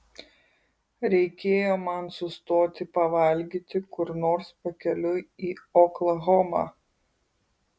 reikėjo man sustoti pavalgyti kur nors pakeliui į oklahomą